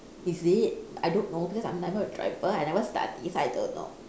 is it I don't know because I'm never a driver I never study so I don't know